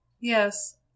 yes